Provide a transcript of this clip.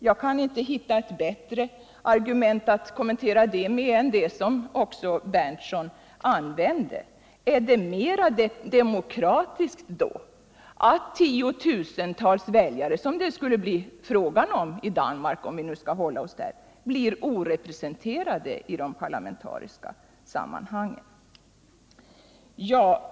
Jag kan inte hitta ett bättre argument att kommentera detta med än det som också Nils Berndtson använde: Är det då mera demokratiskt att tiotusentals väljare, som det skulle bli fråga om i Danmark, förblir orepresenterade i de parlamentariska sammanhangen?